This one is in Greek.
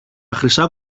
χρυσά